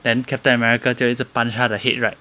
then captain america 就一直 punch 他的 head right